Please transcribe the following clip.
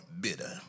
bitter